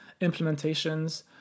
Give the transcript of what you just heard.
implementations